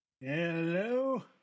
Hello